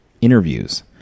interviews